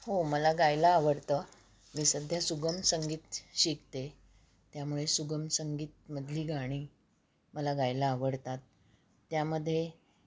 हो मला गायला आवडतं मी सध्या सुगम संगीत शिकते त्यामुळे सुगम संगीतामधली गाणी मला गायला आवडतात त्यामध्ये